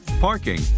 parking